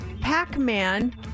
Pac-Man